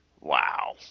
Wow